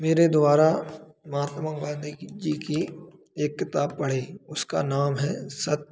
मेरे द्वारा महात्मा गाँधी कि जी की एक किताब पढ़ी उसका नाम है सत्य